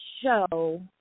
show